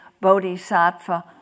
bodhisattva